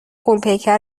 غولپیکر